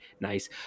Nice